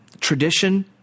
tradition